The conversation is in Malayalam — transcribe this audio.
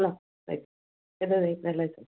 ഇന്നാ ലൈസൻസ് ഇതാ ഈ ലൈസൻസ്